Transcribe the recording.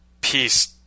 peace